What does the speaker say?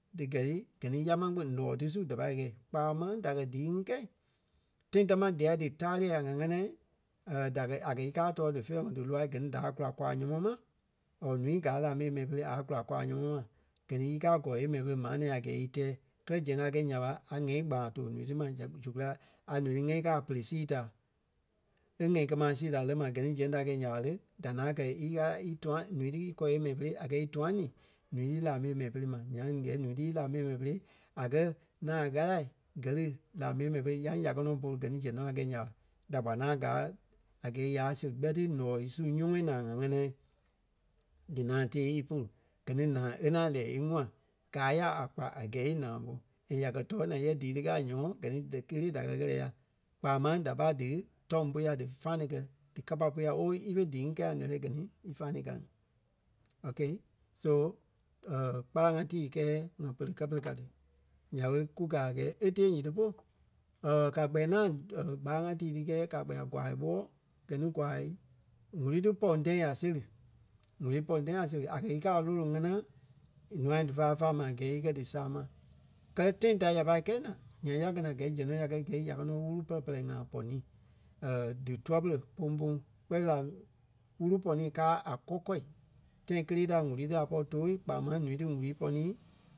dí gɛ ti gɛ ni ya máŋ kpîŋ ǹɔɔ ti su da pai gɛi. Kpaa máŋ da kɛ̀ díi ŋí kɛi tãi tamaa dia dí tárei a ŋánaa da kɛ̀ a kɛ́ í kaa tóo dí feerɛ ŋɔɔ díloai gɛ ni daa kula kwaa nyɔmɔɔ ma or núu kaa la mii yée mɛi pere a kula kwaa nyɔmɔɔ ma. Gɛ ni í kàa kɔɔ yée mɛi pere maa nɛ̃ɛ a gɛɛ í tɛɛ kɛlɛ zɛŋ a kɛi nya ɓa a ŋ̀ɛ́i-gɓaa tóo ǹúu ti ma sɛ- zu kulâi a ǹúu ti ŋɛ́i káa a pere sii da e ŋɛ́i-kɛ-ma sii da lɛ́ ma gɛ ni zɛŋ da gɛ nya ɓa lé, da ŋaŋ kɛ í ɣala í tûaŋ ǹúu ti íkɔɔ yée mɛi pere a kɛ̀ í tûanii ǹúu í lá mii yée mɛi pere ma. Nyaŋ gɛɛ ǹúu ti í lá mii yée mɛi pere a kɛ̀ ŋaŋ ɣala gɛ lí lá mii yée mɛi pere ǹyaŋ ya kɛ̀ nɔ bôlu gɛ ni zɛŋ nɔ ya gɛi nya ɓa da kpa ŋaŋ gaa a gɛɛ ya séri ɓɛ ti ǹɔɔ su nyɔmɔɔ naa a ŋ̀á-ŋanaa. Dí ŋaŋ tɛɛ ípolu. Gɛ ní naa e ŋaŋ lɛɛ íŋua. Gáa ya a kpai a gɛɛ í naa ɓo and ya kɛ̀ tɔɔ naa yɛ díi ti káa a nyɔmɔɔ gɛ ní díkelee da kɛ̀ ɣɛlɛ ya. Kpaa máŋ da pai dí tɔ̂ŋ pui ya dí fanii kɛi, dí kapa pú oo ífe dii ŋí kɛi a ǹɛ́lɛɛ gɛ ni í fanii ka ŋí Ok. So kpâlaŋ ŋa tíi kɛɛ ŋa pere kɛ́ pere ka ti. Nya ɓe kú gaa a gɛɛ e tée nyiti polu ka kpɛɛ ŋaŋ kpâlaŋ ŋa tíi ti kɛɛ ka kpɛɛ a kwa ɓóɔɔ gɛ ni kwaa ŋ̀úrui tí pɔŋ tãi a séri. ŋ̀úrui pɔŋ tãi a séri a kɛ̀ í kaa a lôloŋ ŋánaa ǹûai dífa fáa ma a gɛɛ íkɛ dí sâmai. Kɛ́lɛ tãi da ya pâi kɛ̂i naa nyaŋ ya kɛ̀ naa gɛi zɛŋ nɔ ya kɛ̀ kɛi ya kɛ nɔ wúru pɛlɛ-pɛlɛ ŋai pɔŋ ni dí dûai pere póŋ-poŋ kpɛɛ fêi la wúru pɔnii kaa a kɔ-kɔ̂i. Tâi kélee ta ŋ̀úrui tí a pɔri tooi kpaa máŋ ǹúu ti ŋ̀úrui pɔnii